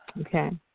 Okay